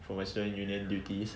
for my student union duties